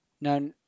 Now